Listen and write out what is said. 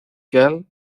girl